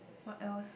what else